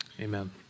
Amen